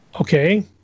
Okay